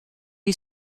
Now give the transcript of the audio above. you